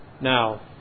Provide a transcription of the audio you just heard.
Now